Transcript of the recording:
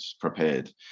prepared